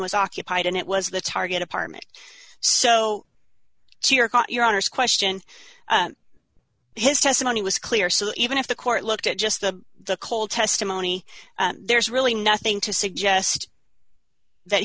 was occupied and it was the target apartment so cheer got your honor's question his testimony was clear so even if the court looked at just the the cold testimony there's really nothing to suggest that